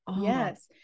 Yes